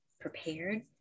prepared